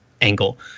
angle